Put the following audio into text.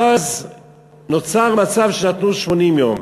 ואז נוצר מצב שנתנו 80 יום.